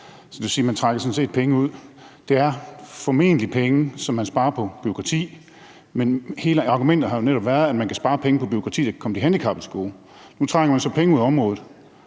Så det vil sige, at man sådan set trækker penge ud af området. Det er formentlig penge, som man sparer på bureaukrati, men hele argumentet har jo netop været, at man kan spare penge på bureaukrati, der kan komme de handicappede til gode. Nu trækker man så penge ud af området